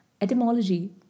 Etymology